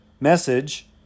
message